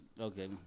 Okay